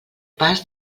pas